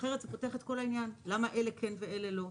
אחרת זה פותח את כל העניין, למה אלה כן ואלה לא?